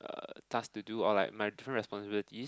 tasks to do or like my true responsibility